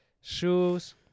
Shoes